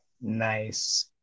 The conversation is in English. Nice